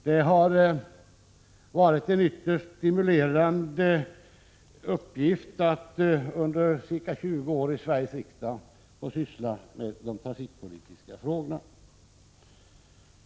Det har varit en ytterst stimulerande uppgift att under ca 20 år i Sveriges riksdag få syssla med de trafikpolitiska frågorna.